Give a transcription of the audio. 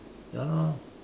ya lah